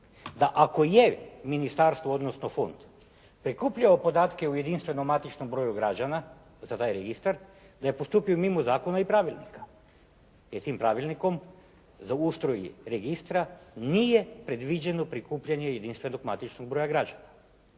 da ako je ministarstvo odnosno fond prikupljao podatke o jedinstvenom matičnom broju građana za taj registar, da je postupio mimo zakona i pravilnika. I tim pravilnikom za ustroj registra nije predviđeno prikupljanje jedinstvenog matičnog broja građana,